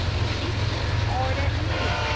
and she stared hard at me.